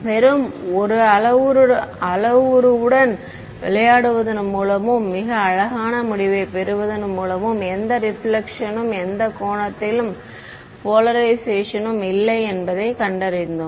வெறும் 1 அளவுருவுடன் விளையாடுவதன் மூலமும் மிக அழகான முடிவைப் பெறுவதன் மூலமும் எந்த ரெபிலேக்ஷன் ம் எந்த கோணத்திலும் போலரைஷேஷன் ம் இல்லை என்பதைக் கண்டறிந்தோம்